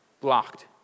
blocked